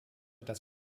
dass